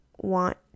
want